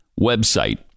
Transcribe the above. website